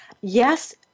yes